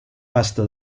vasta